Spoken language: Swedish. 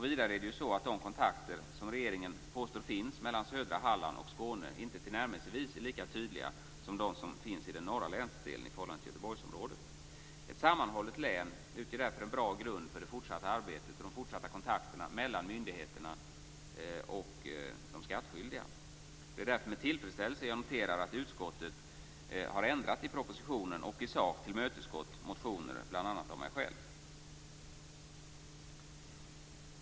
Vidare är det så att de kontakter som regeringen påstår finns mellan södra Halland och Skåne inte till närmelsevis är lika tydliga som de som finns i den norra länsdelen i förhållande till Göteborgsområdet. Ett sammanhållet län utgör därför en bra grund för det fortsatta arbetet och de fortsatta kontakterna mellan myndigheterna och de skattskyldiga. Det är därför med tillfredsställelse jag noterar att utskottet har ändrat i propositionen och i sak tillmötesgått motioner bl.a. av mig själv.